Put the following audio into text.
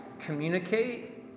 communicate